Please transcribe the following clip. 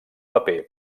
paper